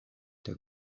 der